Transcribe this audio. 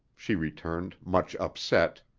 she returned, much upset,